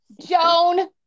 Joan